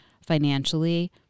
financially